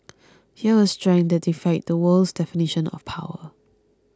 here was strength that defied the world's definition of power